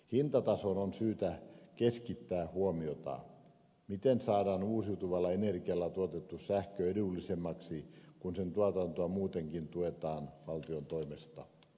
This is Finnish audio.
hintatasoon on syytä keskittää huomiota miten saadaan uusiutuvalla energialla tuotettu sähkö edullisemmaksi kun sen tuotantoa muutenkin tuetaan valtion toimesta